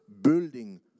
building